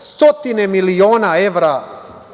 stotine miliona evra